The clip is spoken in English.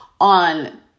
on